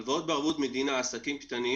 הלוואות בערבות מדינה, עסקים קטנים